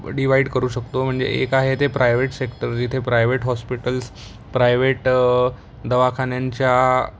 divide करू शकतो म्हणजे एक आहे ते प्रायवेट सेक्टर जिथे प्रायवेट हॉस्पिटल्स प्रायवेट दवाखान्यांच्या